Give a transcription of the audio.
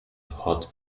hot